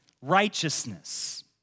righteousness